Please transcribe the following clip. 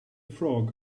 frog